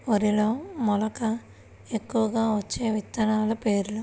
వరిలో మెలక ఎక్కువగా వచ్చే విత్తనాలు పేర్లు?